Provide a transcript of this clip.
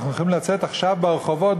אנחנו יכולים לצאת עכשיו לרחובות,